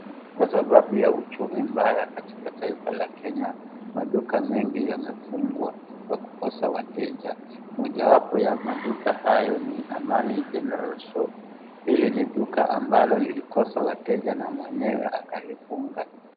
Kwa sababu ya uchumi mbaya katika taifa la kenya maduka mengi yamefungwa kwa kukosa wateja. Moja wapo ya maduka hayo ni Amani General Shop. Hili ni duka ambalo lilikosa wateja na mwenyewe akalifunga.